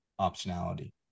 optionality